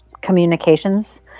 communications